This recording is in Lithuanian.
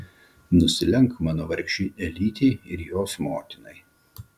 nusilenk mano vargšei elytei ir jos motinai